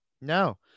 No